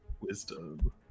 wisdom